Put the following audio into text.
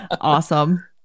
Awesome